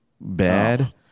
bad